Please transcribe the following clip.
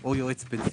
או יועץ פנסיוני.